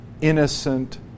innocent